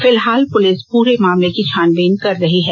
फिलहाल पुलिस पूरे मामले की छानबीन कर रही है